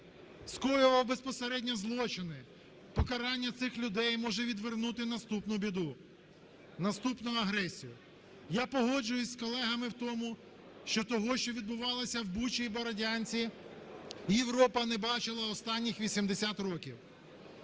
скоював безпосередньо злочини, покарання цих людей може відвернути наступну біду, наступну агресію. Я погоджуюся з колегами в тому, що того, що відбувалося в Бучі і Бородянці, Європа не бачила останніх 80 років.